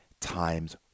times